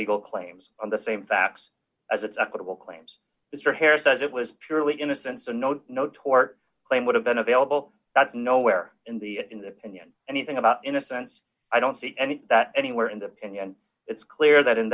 legal claims on the same facts as its equitable claims mr harris says it was purely innocent so no no tort claim would have been available that's nowhere in the in the opinion anything about innocence i don't see any anywhere in the opinion it's clear that in